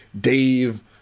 Dave